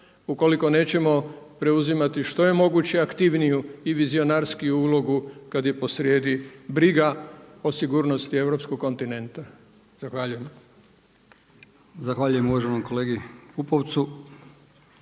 Ukoliko nećemo preuzimati što je moguće aktivniju i vizionarskiju ulogu kada je posrijedi briga o sigurnosti europskog kontinenta. Zahvaljujem. **Brkić, Milijan (HDZ)** Zahvaljujem uvaženom kolegi Pupovcu.